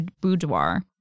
boudoir